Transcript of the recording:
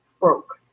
broke